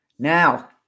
Now